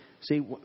see